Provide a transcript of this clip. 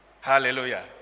Hallelujah